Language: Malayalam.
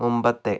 മുമ്പത്തെ